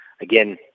again